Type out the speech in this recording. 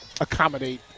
accommodate